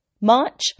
March